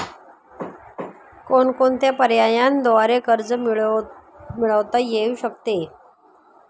कोणकोणत्या पर्यायांद्वारे कर्ज मिळविता येऊ शकते?